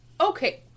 okay